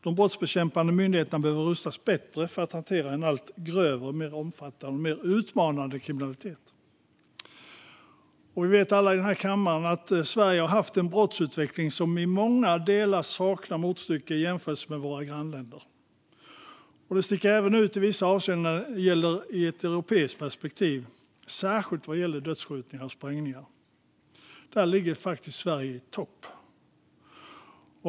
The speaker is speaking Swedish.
De brottsbekämpande myndigheterna behöver rustas bättre för att hantera en allt grövre, mer omfattande och mer utmanande kriminalitet. Vi vet alla i den här kammaren att Sverige haft en brottsutveckling som i många delar saknar motstycke i våra grannländer och även i vissa avseenden sticker ut i ett europeiskt perspektiv - särskilt vad gäller dödsskjutningar och sprängningar, där Sverige faktiskt ligger i topp.